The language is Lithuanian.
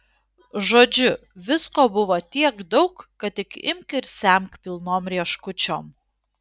žodžiu visko buvo tiek daug kad tik imk ir semk pilnom rieškučiom